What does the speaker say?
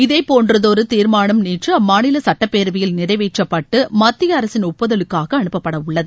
இதேபோன்றதொரு தீர்மானம் நேற்று அம்மாநில சட்டப்பேரவையில் நிறைவேற்றப்பட்டு மத்திய அரசின் ஒப்புதலுக்காக அனுப்பப்படவுள்ளது